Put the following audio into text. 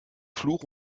fluch